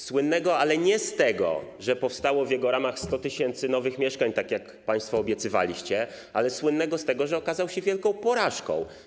Słynnego, ale nie z tego, że powstało w jego ramach 100 tys. nowych mieszkań, tak jak państwo obiecywaliście, ale słynnego z tego, że okazał się wielką porażką.